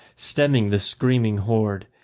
stemming the screaming horde,